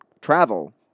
travel